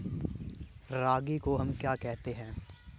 रागी को हम क्या कहते हैं?